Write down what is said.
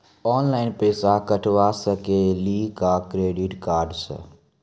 Online पैसा कटवा सकेली का क्रेडिट कार्ड सा?